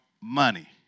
money